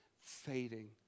fading